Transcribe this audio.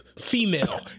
Female